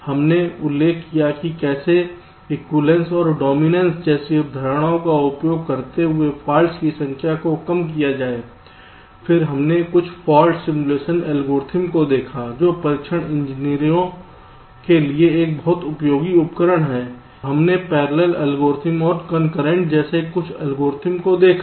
हमने उल्लेख किया कि कैसे एक्विवैलेन्स और डोमिनेन्स जैसी अवधारणाओं का उपयोग करते हुए फॉल्ट्स की संख्या को कम किया जाए फिर हमने कुछ फॉल्ट्स सिमुलेशन एल्गोरिदम को देखा जो परीक्षण इंजीनियरों के लिए एक बहुत ही उपयोगी उपकरण है हमने पैरेलल एल्गोरिदम और कॉन्करेंट जैसे कुछ एल्गोरिदम को देखा